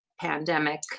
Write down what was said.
pandemic